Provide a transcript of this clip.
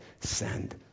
send